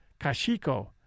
Kashiko